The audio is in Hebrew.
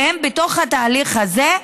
והם בתוך התהליך הזה,